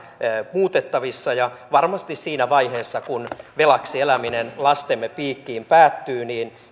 muutettavissa ja varmasti siinä vaiheessa kun velaksi eläminen lastemme piikkiin päättyy